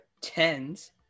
tens